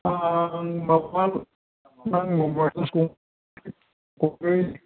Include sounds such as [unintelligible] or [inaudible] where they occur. [unintelligible]